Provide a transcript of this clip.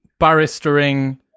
barristering